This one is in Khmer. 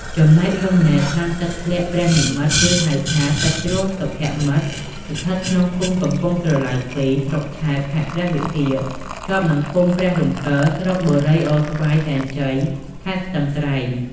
ចំណែក រមណីយដ្ឋាន«ទឹកធ្លាក់ព្រះនិម្មិត» ឬហៅថា «ទឹកជ្រោះសុភមិត្ត» ស្ថិតនៅក្នុងឃុំកំពង់ស្រឡៅ២ ស្រុកឆែប ខេត្តព្រះវិហារ ជាប់នឹងឃុំព្រះរំកិល ស្រុកបុរីអូស្វាយសែនជ័យ ខេត្តស្ទឹងត្រែង។